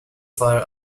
fired